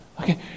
Okay